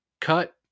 cut